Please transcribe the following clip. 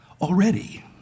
Already